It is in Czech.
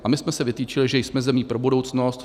A my jsme si vytyčili, že jsme zemí pro budoucnost.